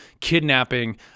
kidnapping